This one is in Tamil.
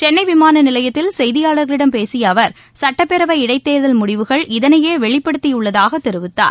சென்னை விமான நிலையத்தில் செய்தியாளர்களிடம் பேசிய அவர் சட்டப்பேரவை இடைத்தேர்தல் முடிவுகள் இதனையே வெளிப்படுத்தியுள்ளதாக தெரிவித்தார்